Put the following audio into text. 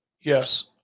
yes